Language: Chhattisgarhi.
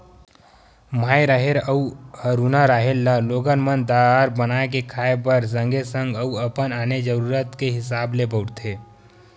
माई राहेर अउ हरूना राहेर ल लोगन मन दार बना के खाय बर सगे संग अउ अपन आने जरुरत हिसाब ले बउरथे